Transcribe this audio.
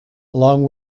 along